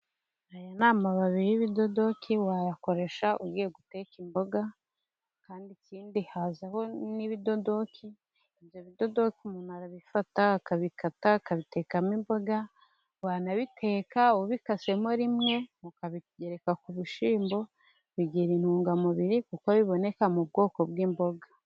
Aya ni amababi y'ibidodoki, wayakoresha ugiye guteka imboga, kandi ikindi hazaho n'ibidodoki, ibyo bidodoka umuntu arabifata akabikata, akabitekamo imboga, wanabiteka ubikasemo rimwe ukabigereka ku bishyimbo, bigira intungamubiri kuko biboneka mu bwoko bw'imboga.